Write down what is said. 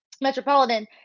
metropolitan